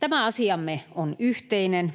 Tämä asiamme on yhteinen.